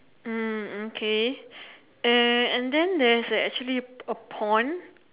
mm okay uh and then there is a actually a pond